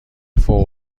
فوق